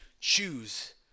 choose